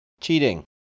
cheating